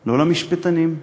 לא למשפטנים,